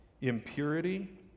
impurity